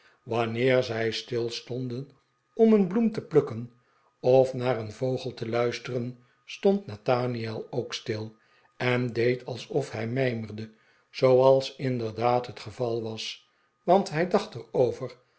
wanneer zij stilstonden om een blqem te plukken of naar een vogel te luisteren stond nathaniel ook stil en deed alsof hij mijmerde zooals inderdaad het geval was want hij dacht er